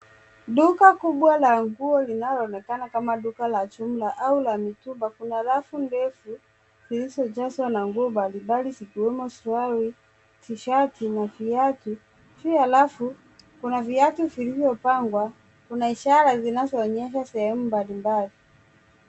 Duka kubwa la nguolinaloonekana kama duka la jumla au la mitumba. Kuna rafu ndefu zilizojazwa na guo mbalimbali zikiwemo suruali, tishati na viatu. Juu ya rafu, kuna viatu vilivyopangwa. Kuna ishara zinazoonyesha sehemu mbalimbali.